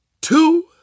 two